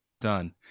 done